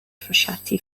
frascati